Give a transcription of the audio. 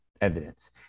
evidence